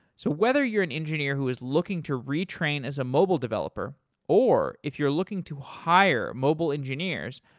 so whether you're an engineer who's looking to retrain as a mobile developer or if you're looking to hire mobile engineers,